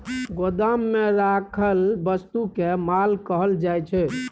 गोदाममे राखल वस्तुकेँ माल कहल जाइत छै